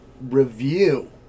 review